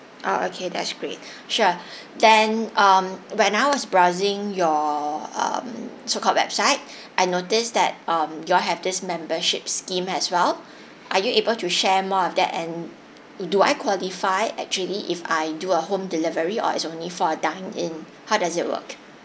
oh okay that's great sure then um when I was browsing your um so called website I noticed that um you all have this membership scheme as well are you able to share more of that and do I qualify actually if I do a home delivery or it's only for dine in how does it work